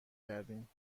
کردیم